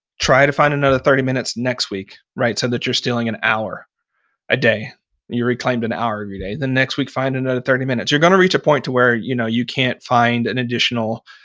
try to find another thirty minutes next week so that you're stealing an hour a day. and you reclaimed an hour every day. then next week, find another thirty minutes. you're going to reach a point to where you know you can't find an additional,